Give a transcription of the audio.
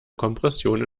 kompression